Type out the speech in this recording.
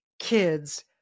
kids